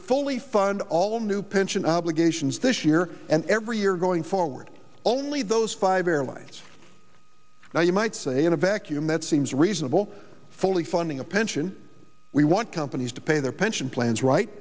fully fund all new pension obligations this year and every year going forward only those five airlines now you might say in a vacuum that seems reasonable fully funding a pension we want companies to pay their pension plans right